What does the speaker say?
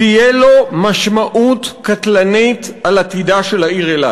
תהיה לו משמעות קטלנית לעתידה של העיר אילת.